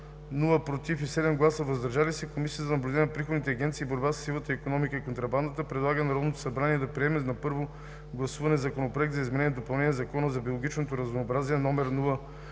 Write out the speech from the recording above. „против“ и 7 гласа „въздържал се“, Комисията за наблюдение на приходните агенции и борба със сивата икономика и контрабандата предлага на Народното събрание да приеме на първо гласуване Законопроект за изменение и допълнение на Закона за биологичното разнообразие, №